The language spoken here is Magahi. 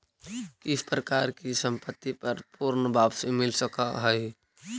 किस प्रकार की संपत्ति पर पूर्ण वापसी मिल सकअ हई